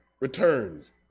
returns